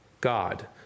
God